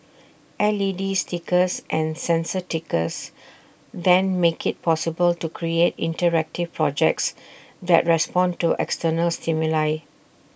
L E D stickers and sensor stickers then make IT possible to create interactive projects that respond to external stimuli